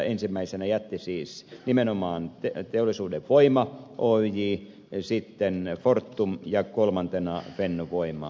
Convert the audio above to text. ensimmäisenä jätti siis nimenomaan teollisuuden voima oyj sitten fortum ja kolmantena fennovoima oyj